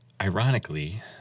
ironically –